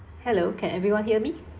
hello can everyone hear me